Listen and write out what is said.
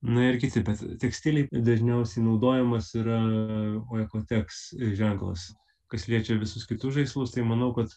na ir kiti bet tekstilei dažniausiai naudojamas yra oekoteks ženklas kas liečia visus kitus žaislus tai manau kad